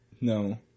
No